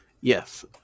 Yes